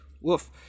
Woof